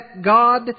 God